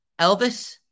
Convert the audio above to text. Elvis